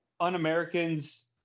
Un-Americans